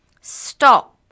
Stop